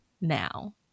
now